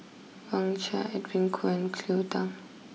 Wang Sha Edwin Koo and Cleo Thang